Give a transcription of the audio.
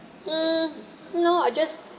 hmm no I just